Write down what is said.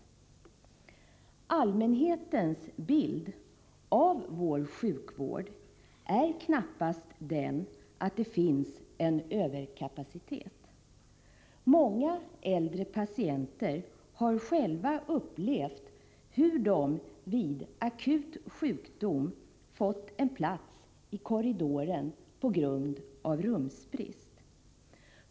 Allmänhetens bild av vår sjukvård är knappast den att det finns en överkapacitet. Många äldre patienter har själva upplevt hur de vid akut sjukdom fått en plats i korridoren på grund av rumsbrist.